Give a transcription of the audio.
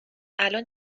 الان